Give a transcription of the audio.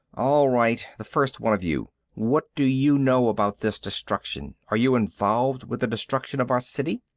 all right, the first one of you. what do you know about this destruction? are you involved with the destruction of our city?